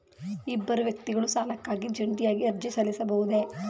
ಇಬ್ಬರು ವ್ಯಕ್ತಿಗಳು ಸಾಲಕ್ಕಾಗಿ ಜಂಟಿಯಾಗಿ ಅರ್ಜಿ ಸಲ್ಲಿಸಬಹುದೇ?